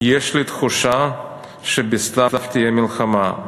"יש לי תחושה שבסתיו תהיה מלחמה".